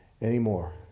anymore